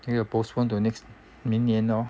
那个 postpone to next 明年咯